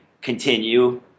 Continue